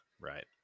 right